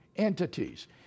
entities